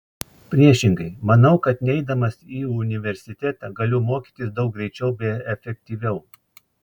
priešingai manau kad neidamas į universitetą galiu mokytis daug greičiau bei efektyviau